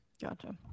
Gotcha